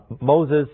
Moses